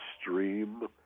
stream